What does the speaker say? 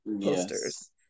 posters